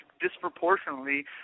disproportionately